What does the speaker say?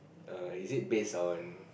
err is it based on